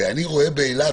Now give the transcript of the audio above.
ואני רואה באילת